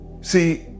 See